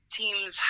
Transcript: teams